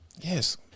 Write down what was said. yes